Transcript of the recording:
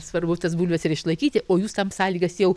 svarbu tas bulves ir išlaikyti o jūs tam sąlygas jau